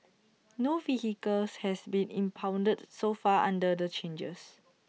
no vehicle has been impounded so far under the changes